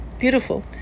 Beautiful